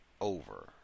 over